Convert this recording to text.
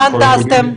לאן טסתם?